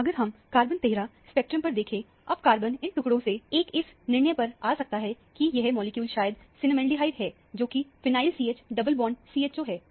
अगर हम carbon 13 spectrum पर देखें अब कार्बन इन टुकड़ों से एक इस निर्णय पर आ सकता है कि यह मॉलिक्यूल शायद सिनेमएल्डिहाइड है जोकि phenyl CH double bond CHO है